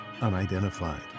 unidentified